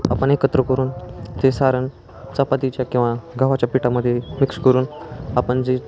आपण एकत्र करून ते सारण चपातीच्या किंवा गव्हाच्या पिठामध्ये मिक्स करून आपण जे